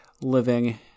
living